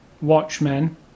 Watchmen